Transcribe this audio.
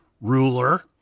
Ruler